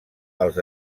els